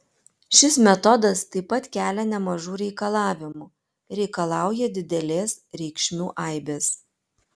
šis metodas taip pat kelia nemažų reikalavimų reikalauja didelės reikšmių aibės